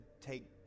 take